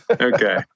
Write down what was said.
Okay